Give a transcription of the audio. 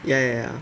ya ya ya